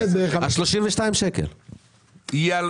32.72 שקלים.